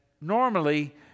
normally